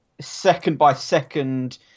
second-by-second